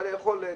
על היכולת,